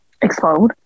explode